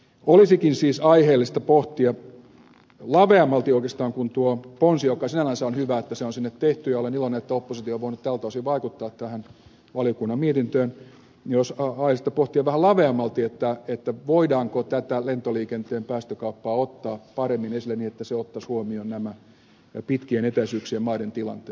olisikin siis aiheellista pohtia oikeastaan laveammalti kuin tuossa ponnessa mikä sinällänsä on hyvä että se on tehty ja olen iloinen että oppositio on voinut tältä osin vaikuttaa tähän valiokunnan mietintöön voidaanko tätä lentoliikenteen päästökauppaa ottaa paremmin esille niin että se ottaisi huomioon näiden pitkien etäisyyksien maiden tilanteen